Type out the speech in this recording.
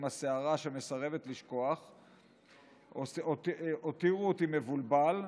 עם הסערה שמסרבת לשכוך הותירו אותי מבולבל,